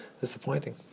disappointing